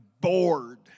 bored